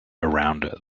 around